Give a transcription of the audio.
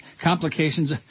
complications